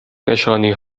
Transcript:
نشانی